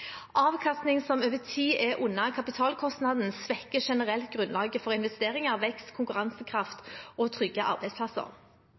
Avkastning som over tid er under kapitalkostnaden, svekker generelt grunnlaget for investeringer, vekst,